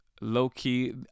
low-key